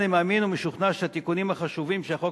אני מאמין ומשוכנע שהתיקונים החשובים שהחוק